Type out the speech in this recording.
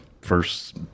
first